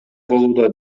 болууда